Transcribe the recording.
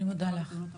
אני מודה לך.